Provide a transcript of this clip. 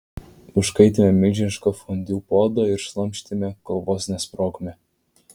užkaitėme milžinišką fondiu puodą ir šlamštėme kol vos nesprogome